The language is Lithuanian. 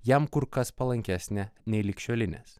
jam kur kas palankesnė nei ligšiolinės